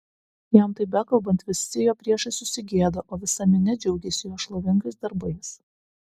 jam tai bekalbant visi jo priešai susigėdo o visa minia džiaugėsi jo šlovingais darbais